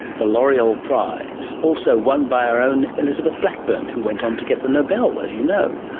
the l'oreal prize, also won by our own elizabeth blackburn who went on to get the nobel, as you know.